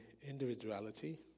individuality